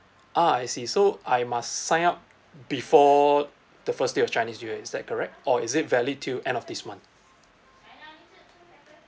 ah I see so I must sign up before the first day of chinese new year is that correct or is it valid till end of this month